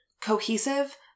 cohesive